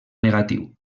negatiu